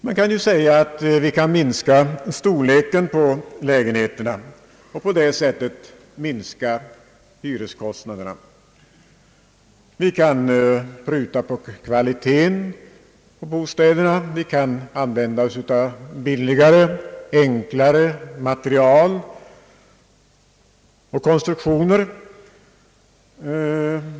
Man kan säga att vi skall minska storleken på lägenheterna och på det sättet minska hyreskostnaderna. Vi kan pruta på bostädernas kvalitet, vi kan använda oss av billigare, enklare material och konstruktioner.